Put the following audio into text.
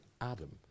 Adam